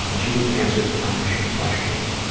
she didn't answer the time machine question.